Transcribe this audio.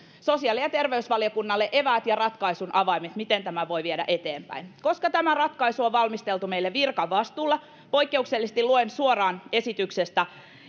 sosiaali ja terveysvaliokunnalle eväät ja ratkaisun avaimet miten tämän voi viedä eteenpäin koska tämä ratkaisu on valmisteltu meillä virkavastuulla poikkeuksellisesti luen suoraan esityksestä